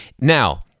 Now